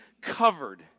covered